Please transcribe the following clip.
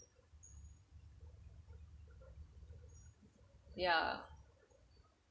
ya